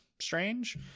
strange